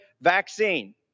vaccine